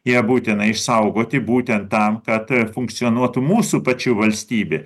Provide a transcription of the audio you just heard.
ją būtina išsaugoti būtent tam kad funkcionuotų mūsų pačių valstybė